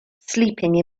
sleeping